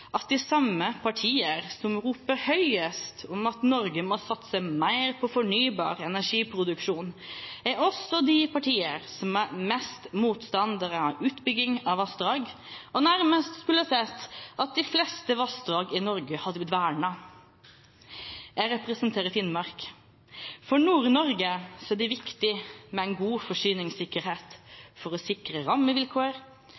at de samme partier som roper høyest om at Norge må satse mer på fornybar energiproduksjon, også er de partier som er mest motstandere av utbygging av vassdrag og nærmest skulle sett at de fleste vassdrag i Norge hadde blitt vernet. Jeg representerer Finnmark. For Nord-Norge er det viktig med en god